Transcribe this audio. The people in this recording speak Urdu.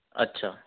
اچھا